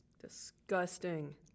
Disgusting